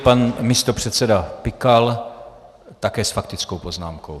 Pan místopředseda Pikal, také s faktickou poznámkou.